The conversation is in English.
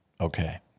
Okay